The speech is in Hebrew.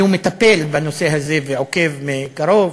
והוא מטפל בנושא הזה ועוקב מקרוב,